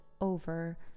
over